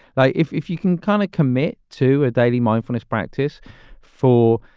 like if if you can kind of commit to a daily mindfulness practice for,